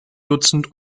dutzend